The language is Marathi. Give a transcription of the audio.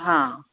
हां